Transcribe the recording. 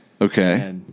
Okay